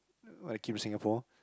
when I came to Singapore